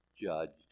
judged